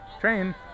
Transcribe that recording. Train